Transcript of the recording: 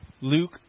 Luke